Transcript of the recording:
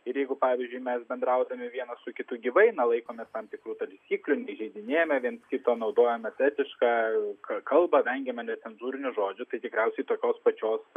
ir jeigu pavyzdžiui mes bendraudami vienas su kitu gyvai na laikomės tam tikrų taisyklių neįžeidinėjame vienas kito naudojame patetišką kalbą vengiame necenzūrinių žodžių tai tikriausiai tokios pačios